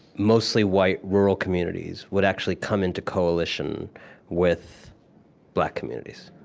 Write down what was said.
mostly-white, rural communities would actually come into coalition with black communities